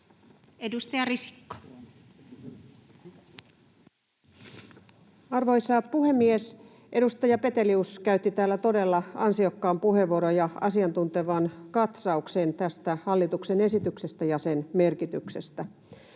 18:17 Content: Arvoisa puhemies! Edustaja Petelius käytti täällä todella ansiokkaan puheenvuoron ja asiantuntevan katsauksen tästä hallituksen esityksestä ja sen merkityksestä.